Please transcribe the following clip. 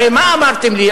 הרי מה אמרתם לי?